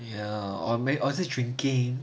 ya orh or is it drinking